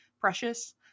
precious